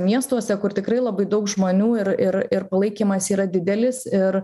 miestuose kur tikrai labai daug žmonių ir ir ir palaikymas yra didelis ir